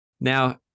Now